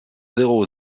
zéro